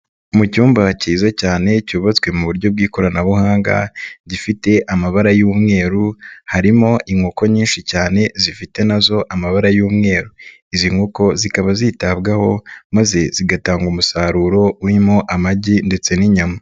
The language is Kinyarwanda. Mu cyumbakize cyane cyubatswe mu buryo bw'ikoranabuhanga, gifite amabara y'umweru, harimo inkoko nyinshi cyane, zifite na zo amabara y'umweru . Izi nkoko zikaba zitabwaho maze zigatanga umusaruro, urimo amagi ndetse n'inyama.